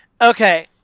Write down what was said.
Okay